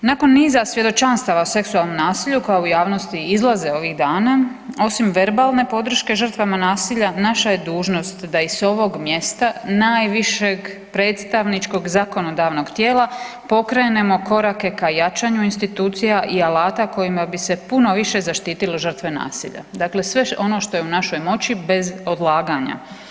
Nakon niza svjedočanstava o seksualnom nasilju koja u javnosti izlaze ovih dana osim verbalne podrške žrtvama nasilja naša je dužnost da ih s ovog mjesta najvišeg predstavničkog i zakonodavnog tijela pokrenemo korake ka jačanju institucija i alata kojima bi se puno više zaštitilo žrtve nasilja, dakle sve ono što je u našoj moći bez odlaganja.